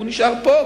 הוא נשאר פה,